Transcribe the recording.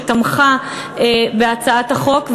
שתמכה בהצעת החוק,